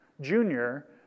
Junior